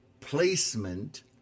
placement